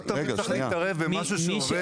לא תמיד צריך להתערב במשהו שעובד טוב.